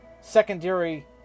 secondary